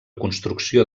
construcció